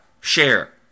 share